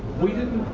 we didn't